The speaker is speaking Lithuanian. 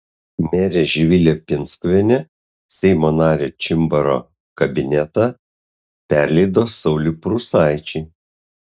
merė živilė pinskuvienė seimo nario čimbaro kabinetą perleido sauliui prūsaičiui